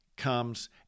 comes